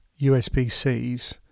USB-Cs